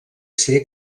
ser